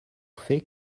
fait